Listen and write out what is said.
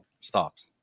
stops